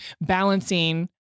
balancing